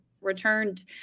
returned